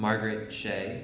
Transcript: margaret sha